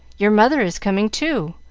your mother is coming, too,